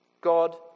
God